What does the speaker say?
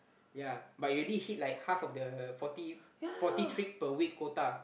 ya but you already hit like half of the forty forty trip per week quota